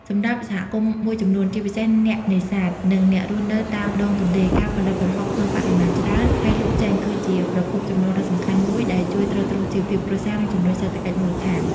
សម្រាប់សហគមន៍មួយចំនួន ជាពិសេសអ្នកនេសាទ និងអ្នករស់នៅតាមដងទន្លេ ការផលិតប្រហុកក្នុងបរិមាណច្រើន ហើយលក់ចេញ គឺជាប្រភពចំណូលដ៏សំខាន់មួយដែលជួយទ្រទ្រង់ជីវភាពគ្រួសារ និងជំរុញសេដ្ឋកិច្ចមូលដ្ឋាន។